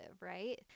right